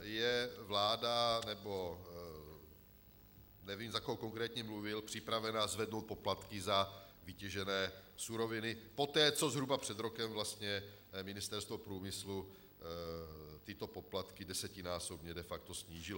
je vláda, nebo nevím, za koho konkrétně mluvil, připravena zvednout poplatky za vytěžené suroviny, poté, co zhruba před rokem vlastně Ministerstvo průmyslu tyto poplatky desetinásobně de facto snížilo.